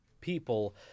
people